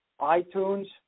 iTunes